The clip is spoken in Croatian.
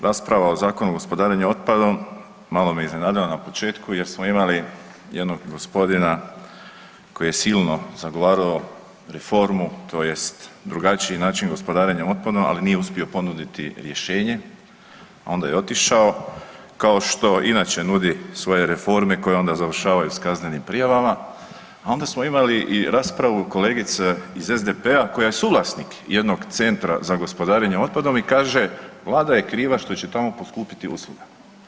Rasprava o Zakonu o gospodarenju otpadom, malo me iznenadila na početku jer smo imali jednog gospodina koji je silno zagovarao reformu tj. drugačiji način gospodarenja otpadom, ali nije uspio ponuditi rješenje, onda je otišao, kao što inače nudi svoje reforme koje onda završavaju s kaznenim prijavama, a onda smo imali i raspravu kolegice iz SDP-a koja je suvlasnik jednog centra za gospodarenje otpadom i kaže, Vlada je kriva što će tamo poskupiti usluga.